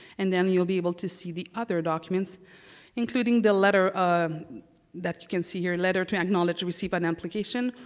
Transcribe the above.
and and you'll be able to see the other documents including the letter that you can see here letter to acknowledge to receive an application,